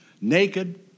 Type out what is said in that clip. naked